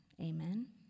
Amen